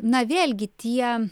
na vėlgi tie